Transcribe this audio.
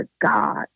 God